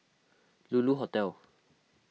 Lulu Hotel